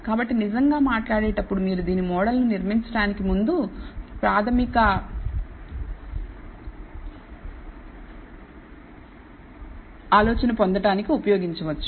కాబట్టి నిజంగా మాట్లాడేటప్పుడు మీరు దీన్ని మోడల్ను నిర్మించడానికి ముందు ప్రాథమిక ఆలోచన పొందడానికి ఉపయోగించవచ్చు